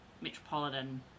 metropolitan